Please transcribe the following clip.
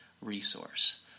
resource